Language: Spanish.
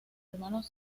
hermanos